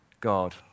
God